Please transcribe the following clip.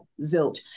zilch